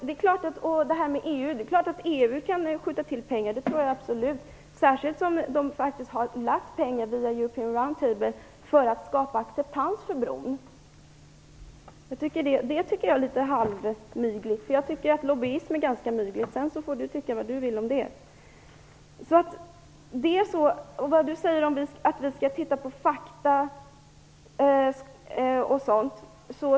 Det är klart att EU kan skjuta till pengar, det tror jag absolut, särskilt som man redan har tillskjutit pengar via European Round Table för att skapa acceptans för bron. Det tycker jag är litet "halvmygligt", eftersom jag tycker att lobbyism är detsamma som mygel. Sedan får Bo Nilsson tycka vad han vill. Bo Nilsson säger att vi skall titta på fakta.